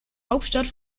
hauptstadt